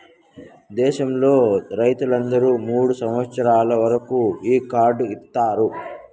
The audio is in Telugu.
దేశంలో రైతులందరికీ మూడు సంవచ్చరాల వరకు ఈ కార్డు ఇత్తారు